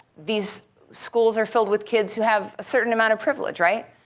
these schools are filled with kids who have a certain amount of privilege, right?